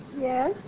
Yes